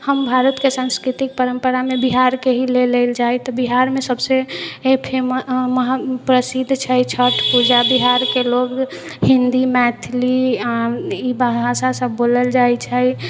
हम भारतके सांस्कृतिक परम्परामे बिहारके ही ले लेल जाइ तऽ बिहारमे सबसे फेमस महा प्रसिद्ध छै छठ पूजा बिहारके लोग हिन्दी मैथिली ई भाषा सब बोलल जाइत छै